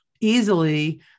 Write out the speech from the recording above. easily